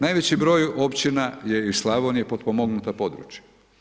Najveći broj općina je iz Slavonije potpomognuta područja.